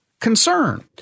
Concern